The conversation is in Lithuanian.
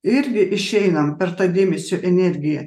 irgi išeinam per tą dėmesio energiją